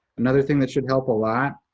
another thing that should help a lot,